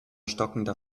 stockender